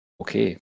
okay